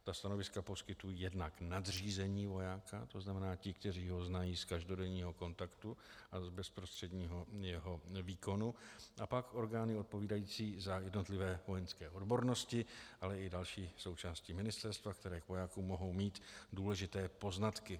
Ta stanoviska poskytují jednak nadřízení vojáka, to znamená ti, kteří ho znají z každodenního kontaktu a z jeho bezprostředního výkonu, a pak orgány odpovídající za jednotlivé vojenské odbornosti, ale i další součásti ministerstva, které k vojákům mohou mít důležité poznatky.